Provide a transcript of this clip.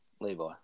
Levi